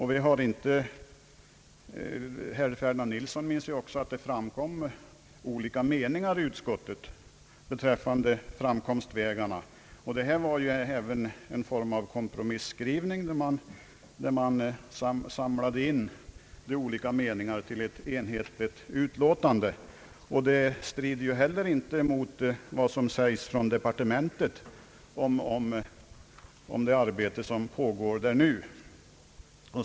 Herr Ferdinand Nilsson minns säkert också att det framkom olika meningar i utskottet beträffande framkomstvägarna. Detta var även en form av kompromisskrivning, där man samlade in de olika meningarna till ett enhetligt utlåtande. Det strider inte heller mot vad som sägs från departementet om det arbete som pågår där nu.